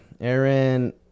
Aaron